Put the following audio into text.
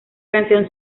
canción